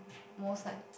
most like